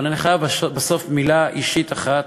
אבל אני חייב, בסוף, לומר מילה אישית אחת